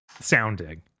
sounding